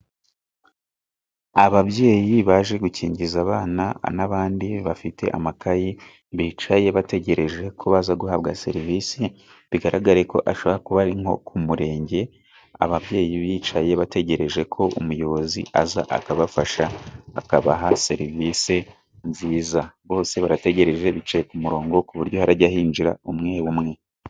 Ababyeyi baje gukingiza abana n'abandi bafite amakayi bicaye bategereje ko baza guhabwa serivisi, bigaragara ko ashobora kuba ari nko ku murenge ababyeyi bicaye bategereje ko umuyobozi aza akabafasha akabaha serivisi nziza bose barategereje bicaye ku murongo ku buryo hajya hindujira umwe umwe